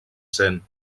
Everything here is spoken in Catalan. cent